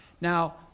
Now